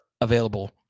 available